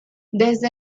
desde